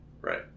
right